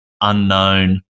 unknown